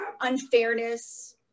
unfairness